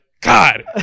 God